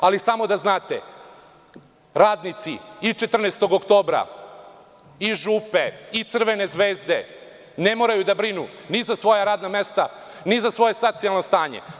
Ali, samo da znate, radnici i „14. oktobra“ i „Župe“ i „Crvene Zvezde“ ne moraju da brinu ni za svoja radna mesta, ni za svoje socijalno stanje.